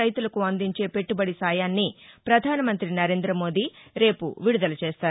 రైతులకు అందించే పెట్టబడి సాయాన్ని పధానమంత్రి నరేందమోదీ రేపు విడుదల చేస్తారు